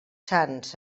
sants